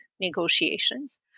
negotiations